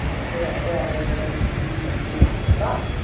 त्यही भएर चाहिँ अब यहाँ गेम खेलौँ भनेको नि वहाँ गएर ल